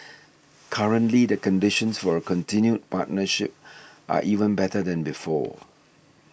currently the conditions for a continued partnership are even better than before